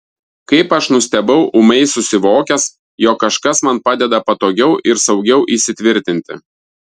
kaip aš nustebau ūmai susivokęs jog kažkas man padeda patogiau ir saugiau įsitvirtinti